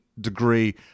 degree